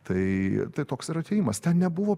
tai tai toks ir atėjimas ten nebuvo